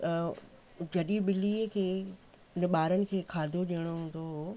जॾहिं बिलीअ खे हुन ॿारनि खे खाधो ॾियणो हूंदो हुओ